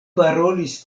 parolis